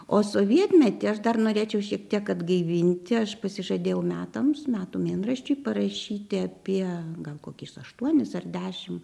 o sovietmetį aš dar norėčiau šiek tiek atgaivinti aš pasižadėjau metams metų mėnraščiui parašyti apie gal kokis aštuonis ar dešim